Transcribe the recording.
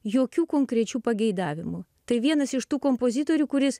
jokių konkrečių pageidavimų tai vienas iš tų kompozitorių kuris